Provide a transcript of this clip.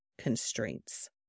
constraints